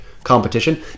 competition